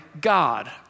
God